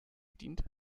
dient